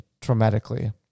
traumatically